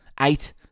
eight